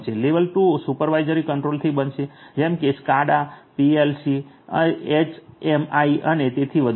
level 2 supervisory control થી બનશે જેકે સ્કાડા પીએલસી એચએમઆઈ અને તેથી વધુ બનશે